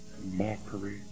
mockery